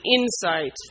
insight